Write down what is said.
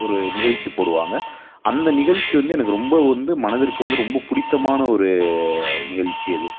ஒரு நிகழ்ச்சி போடுவாங்க அந்த நிகழ்ச்சி வந்து எனக்கு ரொம்ப வந்து மனதிற்கு வந்து ரொம்ப பிடித்தமான ஒரு நிகழ்ச்சி அது